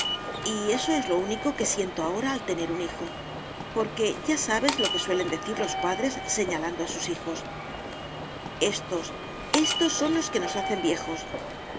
y eso es lo único que siento ahora al tener un hijo porque ya sabes lo que suelen decir los padres señalando a sus hijos estos éstos son los que nos hacen viejos